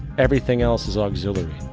everything else is auxiliary.